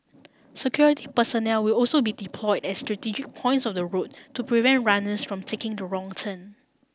security personnel will also be deployed at strategic points of the route to prevent runners from taking the wrong turn